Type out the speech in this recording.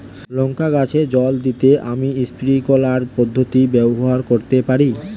লঙ্কা গাছে জল দিতে আমি স্প্রিংকলার পদ্ধতি ব্যবহার করতে পারি?